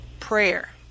prayer